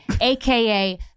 aka